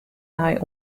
nei